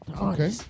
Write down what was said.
Okay